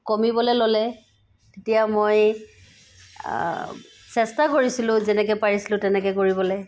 কমিবলৈ ল'লে তেতিয়া মই চেষ্টা কৰিছিলো যেনেকৈ পাৰিছিলো তেনেকৈ কৰিবলৈ